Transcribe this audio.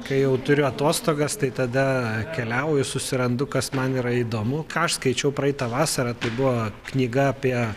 kai jau turiu atostogas tai tada keliauju susirandu kas man yra įdomu ką aš skaičiau praeitą vasarą tai buvo knyga apie